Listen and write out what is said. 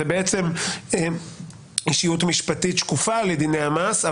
בעצם אישיות משפטית שקופה לדיני המס,